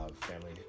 family